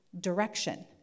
direction